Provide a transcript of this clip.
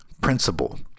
principle